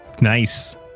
Nice